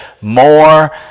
More